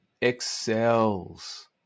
excels